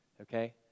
okay